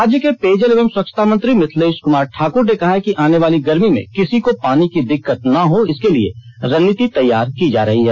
राज्य के पेयजल एवं स्वच्छता मंत्री मिथिलेश कुमार ठाकुर ने कहा है कि आने वाली गर्मी में किसी को पानी की दिक्कत न हो इसके लिए रणनीति तैयार की जा रही है